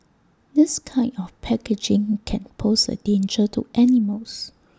this kind of packaging can pose A danger to animals